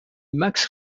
max